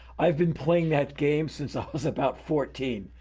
i've been playing that game since i was about fourteen.